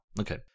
Okay